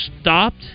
stopped